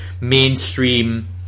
mainstream